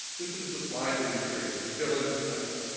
this is the slide that you create. you fill in this template.